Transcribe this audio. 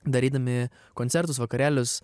darydami koncertus vakarėlius